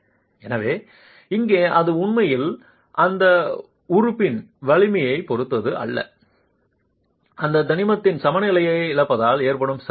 எனவே இங்கே அது உண்மையில் அந்த உறுப்பின் வலிமையைப் பொறுத்து அல்ல அந்த தனிமத்தின் சமநிலையை இழப்பதால் ஏற்படும் சரிவு தான்